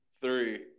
Three